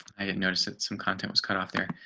i didn't notice it some content was cut off there.